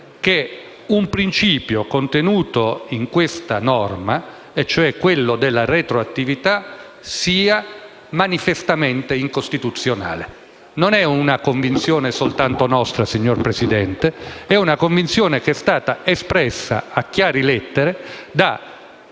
che un principio contenuto in questa norma, cioè quello della retroattività, sia manifestamente incostituzionale. Non è una convinzione soltanto nostra, signor Presidente, ma è una convinzione che è stata espressa a chiare lettere da